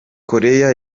korea